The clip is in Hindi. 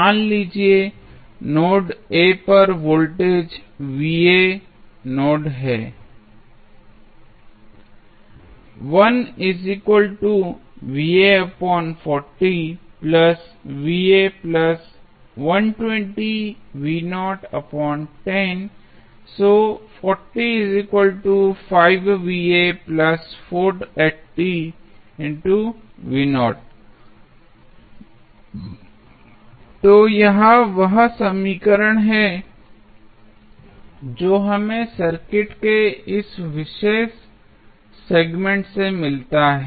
मान लीजिए नोड a पर वोल्टेज नोड है तो यह वह समीकरण है जो हमें सर्किट के इस विशेष सेगमेंट से मिलता है